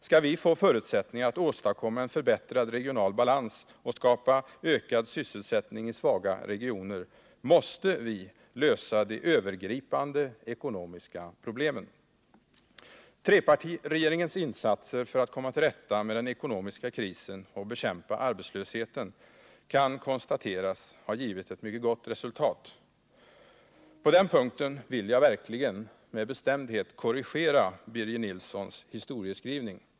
Skall vi få förutsättningar att åstadkomma en förbättrad regional balans och skapa ökad sysselsättning i svaga regioner, måste vi lösa de övergripande ekonomiska problemen. Trepartiregeringens insatser för att komma till rätta med den ekonomiska krisen och bekämpa arbetslösheten kan konstateras ha givit ett mycket gott resultat. På den punkten vill jag verkligen med bestämdhet korrigera Birger Nilssons historieskrivning.